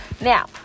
Now